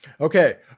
Okay